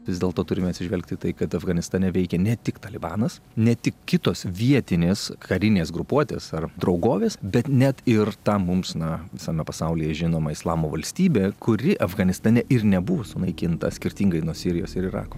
vis dėlto turime atsižvelgti į tai kad afganistane veikia ne tik talibanas ne tik kitos vietinės karinės grupuotės ar draugovės bet net ir tą mums na visame pasaulyje žinoma islamo valstybė kuri afganistane ir nebuvo sunaikinta skirtingai nuo sirijos ir irako